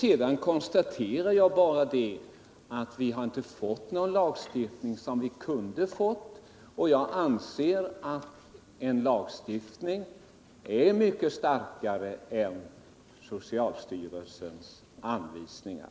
Sedan konstaterar jag bara att vi inte har någon sådan lagstiftning som vi kunde ha fått — jag anser att en lagstiftning är mycket starkare än socialstyrelsens anvisningar.